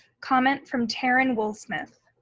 comment from taryn wool-smith.